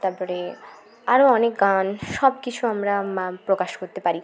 তারপরে আরও অনেক গান সব কিছু আমরা মা প্রকাশ করতে পারি